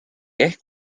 ehk